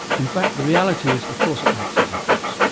in fact the reality is, of course it makes a difference.